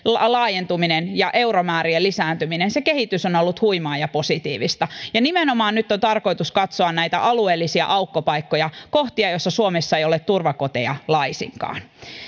laajentuminen ja euromäärien lisääntyminen se kehitys on ollut huimaa ja positiivista nimenomaan nyt on tarkoitus katsoa näitä alueellisia aukkopaikkoja kohtia joissa suomessa ei ole turvakoteja laisinkaan